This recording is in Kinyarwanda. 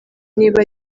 niba